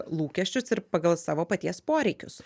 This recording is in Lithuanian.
lūkesčius ir pagal savo paties poreikius